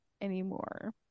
anymore